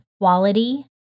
quality